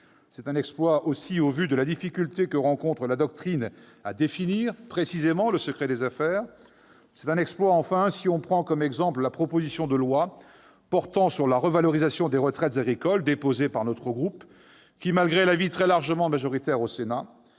un exploit au vu de la difficulté que rencontre la doctrine à définir précisément le secret des affaires. C'est un exploit, enfin, si l'on compare ce texte avec la proposition de loi portant sur la revalorisation des retraites agricoles, déposée par notre groupe, qui, malgré le soutien d'une très large majorité du Sénat,